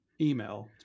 email